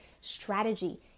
strategy